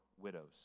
widows